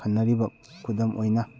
ꯈꯟꯅꯔꯤꯕ ꯈꯨꯗꯝ ꯑꯣꯏꯅ